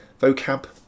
vocab